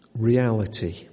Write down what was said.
reality